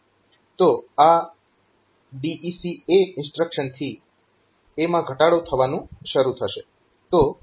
તો આ DEC A instruction થી A માં ઘટાડો થવાનું શરુ થશે